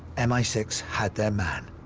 m i six had their man.